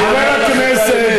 אני אומר לך את האמת.